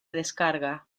descarga